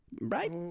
Right